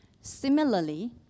Similarly